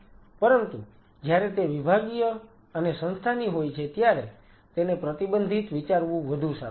પરંતુ જ્યારે તે વિભાગીય અને સંસ્થાની હોય છે ત્યારે તેને પ્રતિબંધિત વિચારવું વધુ સારું છે